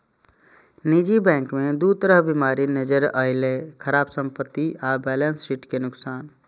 निजी बैंक मे दू तरह बीमारी नजरि अयलै, खराब संपत्ति आ बैलेंस शीट के नुकसान